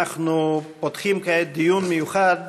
אנחנו פותחים כעת דיון מיוחד